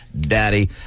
daddy